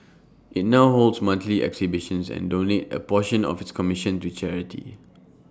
IT now holds monthly exhibitions and donates A portion of its commission to charity